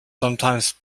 sometimes